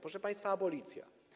Proszę państwa, abolicja.